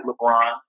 LeBron